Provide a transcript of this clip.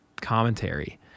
commentary